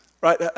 Right